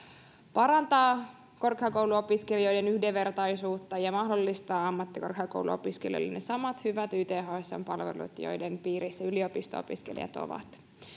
pa rantaa korkeakouluopiskelijoiden yhdenvertaisuutta ja mahdollistaa ammattikorkeakouluopiskelijoille ne samat hyvät ythsn palvelut joiden piirissä yliopisto opiskelijat ovat